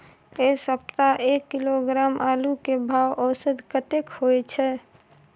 ऐ सप्ताह एक किलोग्राम आलू के भाव औसत कतेक होय छै?